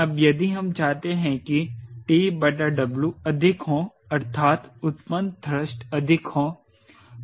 तब यदि हम चाहते हैं कि TW अधिक हो अर्थात उत्पन्न थ्रस्ट अधिक हो